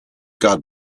god